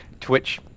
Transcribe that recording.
Twitch